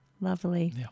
Lovely